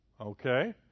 Okay